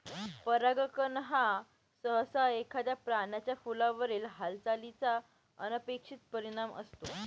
परागकण हा सहसा एखाद्या प्राण्याचा फुलावरील हालचालीचा अनपेक्षित परिणाम असतो